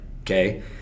Okay